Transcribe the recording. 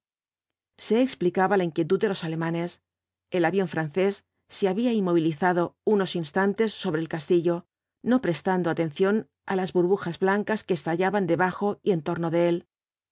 se explicaba la inquietud de los alemanes el avión francés se había inmovilizado unos instantes sobre el castillo no prestando atención á las burbujas blancas que estallaban debajo y en torno de él